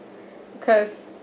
cause